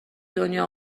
دنیا